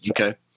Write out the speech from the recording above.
Okay